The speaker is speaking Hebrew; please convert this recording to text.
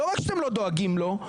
לא רק שאתם לא דואגים לו,